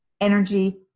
energy